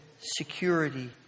security